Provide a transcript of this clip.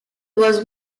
was